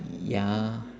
ya